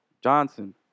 Johnson